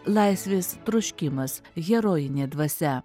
laisvės troškimas herojinė dvasia